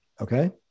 Okay